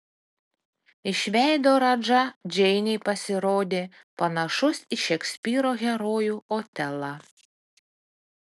iš veido radža džeinei pasirodė panašus į šekspyro herojų otelą